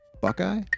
Buckeye